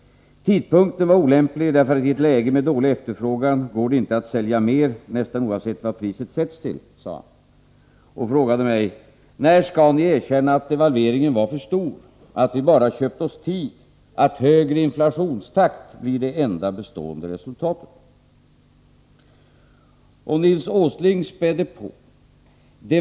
”Tidpunkten var olämplig därför att i ett läge med dålig efterfrågan går det inte att sälja mer, nästan oavsett vad priset sätts till”, sade han och frågade mig: ”När skall ni erkänna att devalveringen var för stor ——- att vi bara köpt oss tid, att högre inflationstakt blir det enda bestående resultatet?” Nils Åsling spädde på.